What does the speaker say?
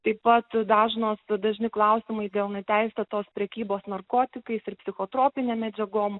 taip pat dažnos dažni klausimai dėl neteisėtos prekybos narkotikais ir psichotropinėm medžiagom